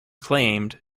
claimed